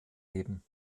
geben